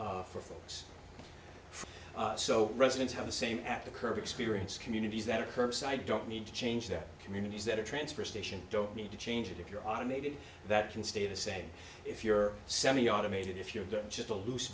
for folks so residents have the same at the curb experience communities that are curbside don't need to change their communities that a transfer station don't need to change if you're automated that can stay the same if you're seventy automated if you're just a loose